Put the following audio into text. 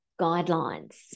guidelines